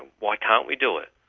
why can't we do it?